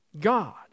God